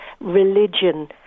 religion